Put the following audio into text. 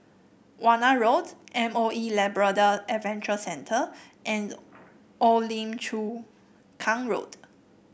Warna Road M O E Labrador Adventure Center and Old Lim Chu Kang Road